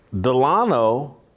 Delano